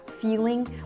feeling